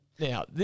Now